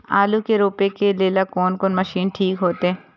आलू के रोपे के लेल कोन कोन मशीन ठीक होते?